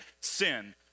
sin